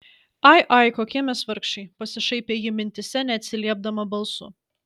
ai ai kokie mes vargšai pasišaipė ji mintyse neatsiliepdama balsu